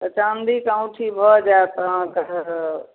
तऽ चाँदीके औँठी भऽ जाएत अहाँके